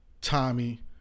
Tommy